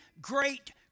great